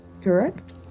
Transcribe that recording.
Correct